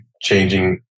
changing